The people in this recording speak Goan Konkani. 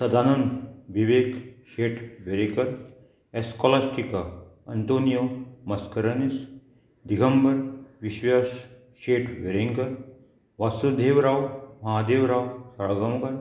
सदानंद विवेक शेट वेरेंकर एस्कॉलास्टिका अंतोनियो मस्करनीस दिगंबर विश्व्याश शेठ वेरेंकर वास्तुदेवराव महादेव साळगांवकर